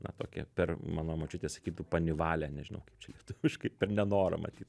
na tokią per mano močiutė sakytų panivalią nežinau kaip čia lietuviškai per nenorą matyt